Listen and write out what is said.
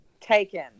taken